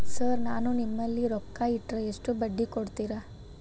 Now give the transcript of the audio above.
Sir ನಾನು ನಿಮ್ಮಲ್ಲಿ ರೊಕ್ಕ ಇಟ್ಟರ ಎಷ್ಟು ಬಡ್ಡಿ ಕೊಡುತೇರಾ?